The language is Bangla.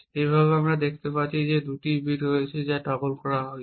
এইভাবে আমরা দেখতে পাচ্ছি যে দুটি বিট রয়েছে যা টগল করা হয়েছে